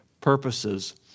purposes